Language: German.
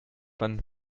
man